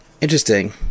interesting